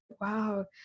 wow